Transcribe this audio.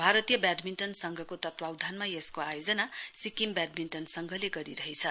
भारतीय ब्याडमिण्टन संघको तत्वावधानमा यसको आयोजना सिक्किम ब्याडमिण्टन संघले गरिरहेछ